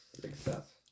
Success